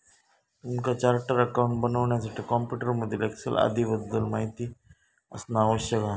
तुमका chartered accountant बनण्यासाठी computer मधील एक्सेल आदीं बद्दल माहिती असना आवश्यक हा